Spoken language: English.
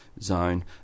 zone